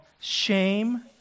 Shame